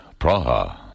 Praha